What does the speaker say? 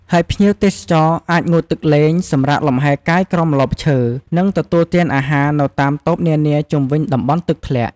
ហើយភ្ញៀវទេសចរអាចងូតទឹកលេង សម្រាកលំហែកាយក្រោមម្លប់ឈើ និងទទួលទានអាហារនៅតាមតូបនានាជុំវិញតំបន់ទឹកធ្លាក់។